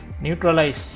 neutralize